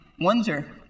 wonder